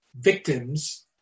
victims